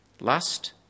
lust